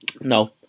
No